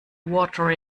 water